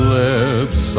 lips